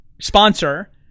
sponsor